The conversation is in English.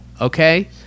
okay